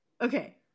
Okay